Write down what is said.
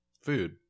food